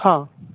हॅं